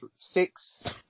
six